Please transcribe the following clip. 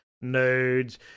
nodes